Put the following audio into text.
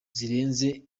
zirenze